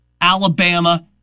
Alabama